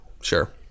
Sure